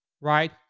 right